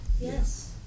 Yes